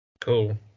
Cool